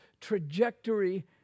trajectory